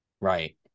Right